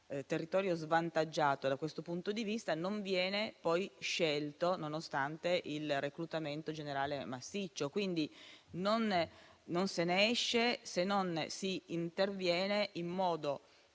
territorio svantaggiato da questo punto di vista, non viene poi scelto nonostante il reclutamento generale massiccio. Se non si interviene in modo